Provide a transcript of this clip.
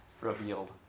revealed